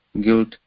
guilt